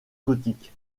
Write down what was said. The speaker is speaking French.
gothique